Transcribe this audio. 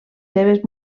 seves